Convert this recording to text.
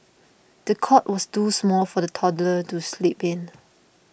the cot was too small for the toddler to sleep in